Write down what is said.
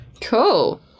Cool